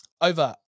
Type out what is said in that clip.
over